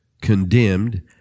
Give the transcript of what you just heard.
condemned